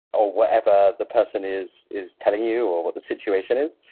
or whatever the person is is telling you or what the situation is.